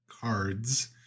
cards